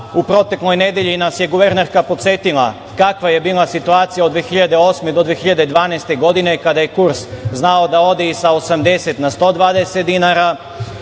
u protekloj nedelji nas je guvernerka podsetila kakva je bila situacija od 2008. do 2012. godine kada je kurs znao da ode i sa 80 na 120 dinara,